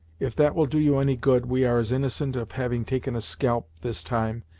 if that will do you any good, we are as innocent of having taken a scalp, this time,